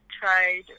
tried